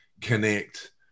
connect